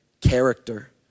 character